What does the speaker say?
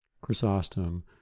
Chrysostom